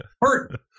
Hurt